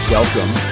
Welcome